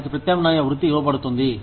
వారికి ప్రత్యామ్నాయ వృత్తి ఇవ్వబడుతుంది